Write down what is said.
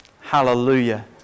Hallelujah